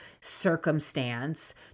circumstance